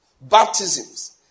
Baptisms